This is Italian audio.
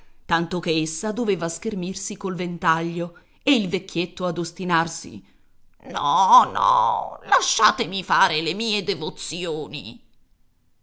tanto che essa doveva schermirsi col ventaglio e il vecchietto ad ostinarsi no no lasciatemi fare le mie devozioni